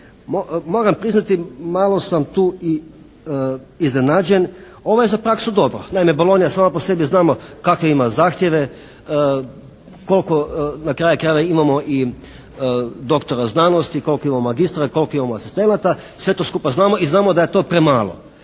moram priznati malo sam tu i iznenađen, ovo je za praksu dobro. Naime Bologna sama po sebi znamo kakve ima zahtjeve? Koliko na kraju krajeva imamo i doktora znanosti, koliko imamo magistra, koliko imamo asistenata? Sve to skupa znamo i znamo da je to premalo.